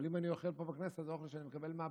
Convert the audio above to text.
אבל אם אני אוכל פה בכנסת אז זה את האוכל שאני מקבל מהבית.